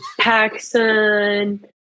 Paxson